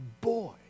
boy